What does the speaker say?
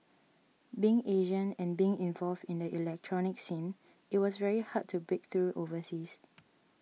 being Asian and being involved in the electronic scene it was very hard to break through overseas